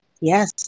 Yes